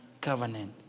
covenant